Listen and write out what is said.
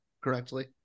correctly